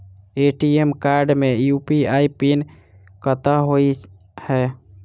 ATM card मे UPI PIN कतह होइ है?